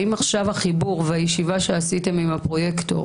האם עכשיו החיבור והישיבה שעשיתם עם הפרוייקטור